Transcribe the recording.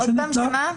שמה?